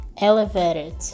elevated